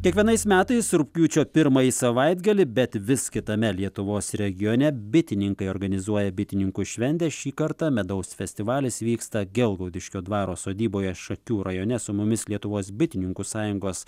kiekvienais metais rugpjūčio pirmąjį savaitgalį bet vis kitame lietuvos regione bitininkai organizuoja bitininkų šventę šį kartą medaus festivalis vyksta gelgaudiškio dvaro sodyboje šakių rajone su mumis lietuvos bitininkų sąjungos